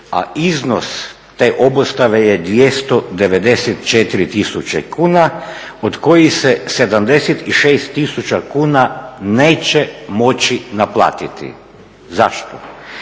a iznos te obustave je 294 tisuće kuna od kojih se 76 tisuća kuna neće moći naplatiti. Zašto?